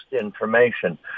information